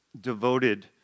devoted